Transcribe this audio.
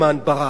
תודה.